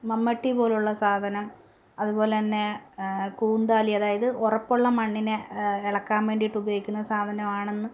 മമ്മട്ടി പോലുള്ള സാധനം അതുപോലെ തന്നെ കൂന്താലി അതായത് ഉറപ്പുള്ള മണ്ണിനെ ഇളക്കാൻ വേണ്ടിയിട്ട് ഉപയോഗിക്കുന്ന സാധനമാണെന്ന്